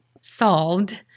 solved